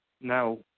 Now